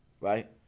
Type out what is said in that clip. right